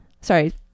Sorry